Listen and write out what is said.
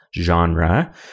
genre